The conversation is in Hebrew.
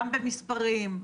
גם במספרים,